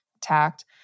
tact